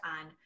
on